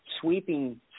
sweeping